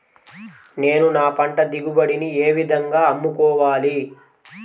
నేను నా పంట దిగుబడిని ఏ విధంగా అమ్ముకోవాలి?